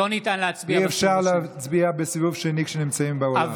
אי-אפשר להצביע בסיבוב שני כשנמצאים באולם.